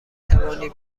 توانی